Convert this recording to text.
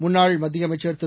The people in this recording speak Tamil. முன்னாள் மத்திய அமைச்சர் திரு